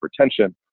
hypertension